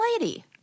lady